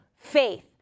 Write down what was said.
Faith